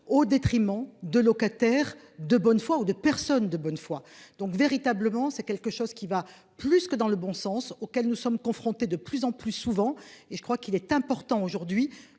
au détriment de locataires de bonne foi ou de personnes de bonne foi, donc véritablement c'est quelque chose qui va plus que dans le bon sens auquel nous sommes confrontés de plus en plus souvent et je crois qu'il est important aujourd'hui